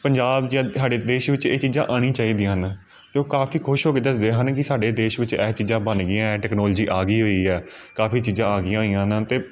ਪੰਜਾਬ 'ਸਾਡੇ ਦੇਸ਼ ਵਿੱਚ ਇਹ ਚੀਜ਼ਾਂ ਆਉਣੀਆਂ ਚਾਹੀਦੀਆਂ ਹਨ ਅਤੇ ਉਹ ਕਾਫ਼ੀ ਖੁਸ਼ ਹੋ ਕੇ ਦੱਸਦੇ ਹਨ ਕਿ ਸਾਡੇ ਦੇਸ਼ ਵਿੱਚ ਇਹ ਚੀਜ਼ਾਂ ਬਣ ਗਈਆਂ ਹੈ ਟੈਕਨੋਲੋਜੀ ਆ ਗਈ ਹੋਈ ਆ ਕਾਫ਼ੀ ਚੀਜ਼ਾਂ ਆ ਗਈਆਂ ਹੋਈਆਂ ਨੇ ਅਤੇ